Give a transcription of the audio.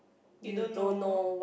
you don't know